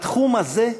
בתחום הזה,